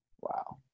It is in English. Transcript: Wow